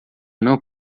não